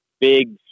big